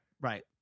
right